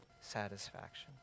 satisfaction